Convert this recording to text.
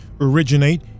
originate